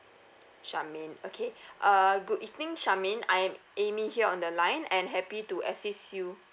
charmaine okay uh good evening charmaine I am amy here on the line and happy to assist you